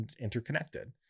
interconnected